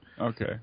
Okay